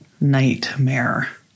Nightmare